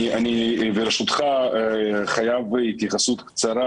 אני ברשותך חייב התייחסות קצרה,